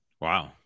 Wow